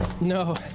No